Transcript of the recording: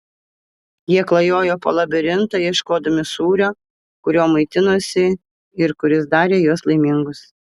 jie klajojo po labirintą ieškodami sūrio kuriuo maitinosi ir kuris darė juos laimingus